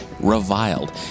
reviled